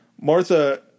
Martha